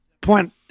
point